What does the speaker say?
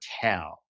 tell